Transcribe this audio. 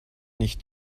nicht